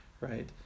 right